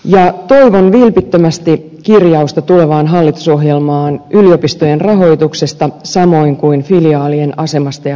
toivon vilpittömästi kirjausta tulevaan hallitusohjelmaan yliopistojen rahoituksesta samoin kuin filiaalien asemasta ja kohtalosta